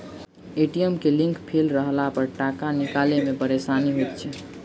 ATM के link fail रहलापर टाका निकालै मे परेशानी होइत छै